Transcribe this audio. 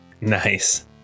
Nice